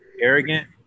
Arrogant